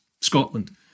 Scotland